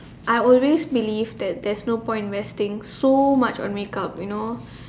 I always believe that there's no point investing so much on make up you know